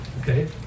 Okay